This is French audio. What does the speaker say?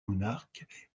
monarque